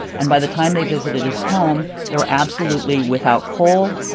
and by the time they visited his home, they were absolutely without coal.